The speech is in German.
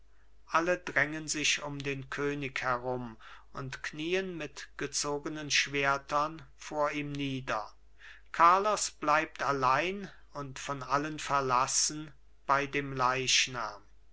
alle drängen sich um den könig herum und knien mit gezogenen schwertern vor ihm nieder carlos bleibt allein und von allen verlassen bei dem leichnam